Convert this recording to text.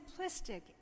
simplistic